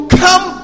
come